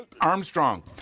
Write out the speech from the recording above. Armstrong